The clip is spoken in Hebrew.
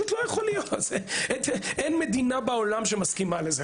אין מדינה בעולם שמסכימה לזה,